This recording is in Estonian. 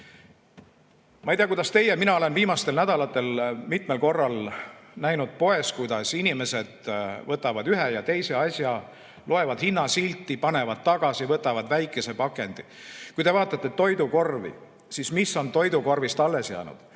Ma ei tea, kuidas teie, mina olen viimastel nädalatel mitmel korral näinud poes, kuidas inimesed võtavad ühe ja teise asja, loevad hinnasilti ja panevad tagasi, võtavad väikese pakendi. Kui te vaatate toidukorvi, siis mis on toidukorvist alles jäänud?